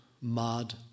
mud